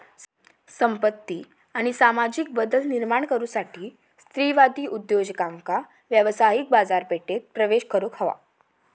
संपत्ती आणि सामाजिक बदल निर्माण करुसाठी स्त्रीवादी उद्योजकांका व्यावसायिक बाजारपेठेत प्रवेश करुक हवा